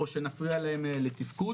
או שנפריע להם לתפקוד